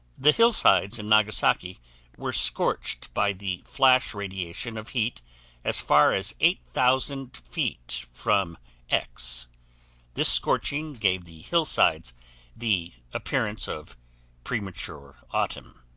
the hillsides in nagasaki were scorched by the flash radiation of heat as far as eight thousand feet from x this scorching gave the hillsides the appearance of premature autumn.